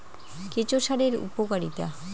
কেঁচো সারের উপকারিতা?